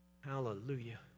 hallelujah